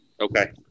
okay